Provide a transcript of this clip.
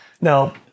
Now